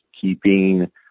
keeping